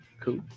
Cool